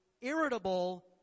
irritable